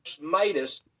midas